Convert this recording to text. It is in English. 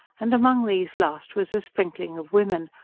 and among these last was a sprinkling of women,